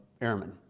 airmen